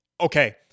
Okay